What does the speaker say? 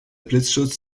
blitzschutz